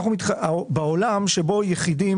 יחיד,